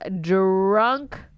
drunk